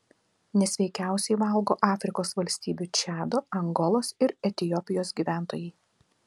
nesveikiausiai valgo afrikos valstybių čado angolos ir etiopijos gyventojai